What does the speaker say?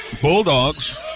Bulldogs